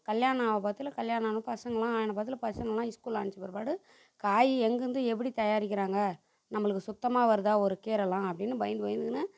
கல்யாணம் ஆக பதத்தில் கல்யாணம் ஆன பசங்களெலாம் ஆன பதத்தில் பசங்களெலாம் ஸ்கூல் அனுப்பித்த பிற்பாடு காய் எங்கிருந்து எப்படி தயாரிக்கிறாங்க நம்மளுக்கு சுத்தமாக வருதா ஒரு கீரெயெல்லாம் அப்படின்னு பயந்து பயந்துக்கின்னு